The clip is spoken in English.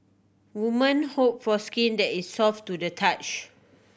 women hope for skin that is soft to the touch